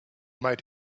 might